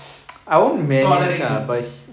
tolerate him